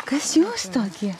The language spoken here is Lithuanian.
kas jūs tokie